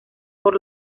por